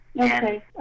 Okay